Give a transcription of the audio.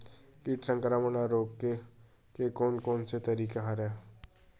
कीट संक्रमण ल रोके के कोन कोन तरीका हवय?